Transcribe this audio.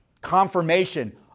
confirmation